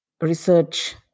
research